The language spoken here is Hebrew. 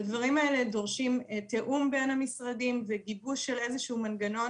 הדברים האלה דורשים תיאום בין המשרדים וגיבוש של מנגנון